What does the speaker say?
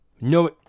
No